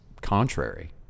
contrary